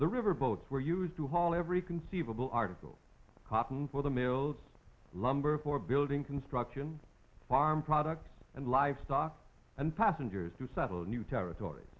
the river boats were used to haul every conceivable article cotton for the mills lumber for building construction farm products and livestock and passengers to settle new territor